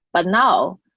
but now,